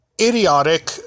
idiotic